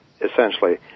essentially